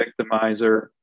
victimizer